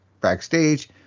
backstage